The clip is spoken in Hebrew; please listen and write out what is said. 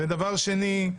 ודבר שני,